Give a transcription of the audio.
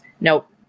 Nope